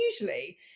usually